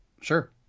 Sure